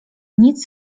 nic